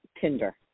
Tinder